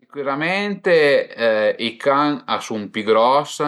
Sicürament i can a sun pi gros,